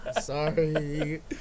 Sorry